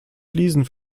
fliesen